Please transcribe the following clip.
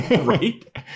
Right